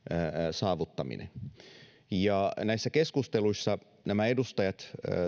saavuttamisen näissä keskusteluissa nämä edustajat